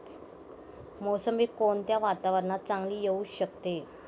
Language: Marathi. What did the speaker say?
मोसंबी कोणत्या वातावरणात चांगली येऊ शकते?